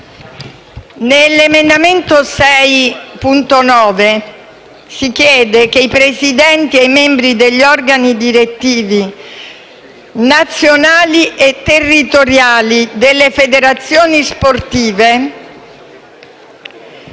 l'emendamento 6.9 si chiede che «i Presidenti e i membri degli organi direttivi nazionali e territoriali delle federazioni sportive